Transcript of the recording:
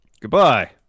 Goodbye